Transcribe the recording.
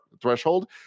threshold